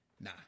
Nah